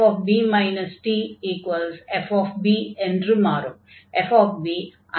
t 0 எனும் போது fb t fb என்று மாறும்